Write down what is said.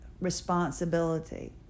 responsibility